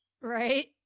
Right